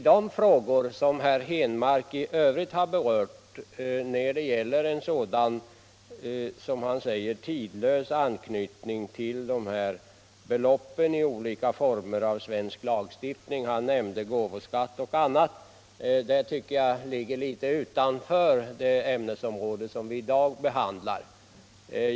De frågor som herr Henmark i övrigt har berört när det gäller en sådan här, som han säger, tidlös anknytning till beloppen i olika former av svensk lagstiftning — herr Henmark nämnde gåvoskatt och annat — tycker jag ligger litet utanför det ämnesområde som vi i dag behandlar.